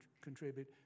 contribute